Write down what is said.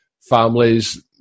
families